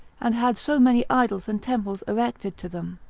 and had so many idols and temples erected to them.